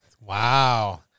Wow